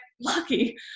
lucky